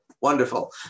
wonderful